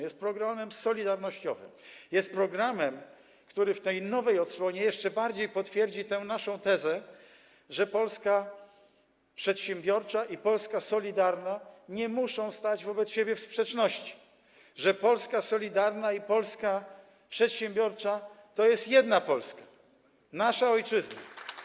Jest on programem solidarnościowym, jest programem, który w tej nowej odsłonie jeszcze bardziej potwierdzi tę naszą tezę, że Polska przedsiębiorcza i Polska solidarna nie muszą stać wobec siebie w sprzeczności, że Polska solidarna i Polska przedsiębiorcza to jest jedna Polska: nasza ojczyzna.